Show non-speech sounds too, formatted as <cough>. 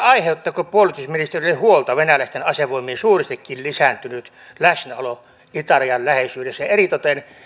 <unintelligible> aiheuttaako puolustusministerille huolta venäläisten asevoimien suurestikin lisääntynyt läsnäolo itärajan läheisyydessä eritoten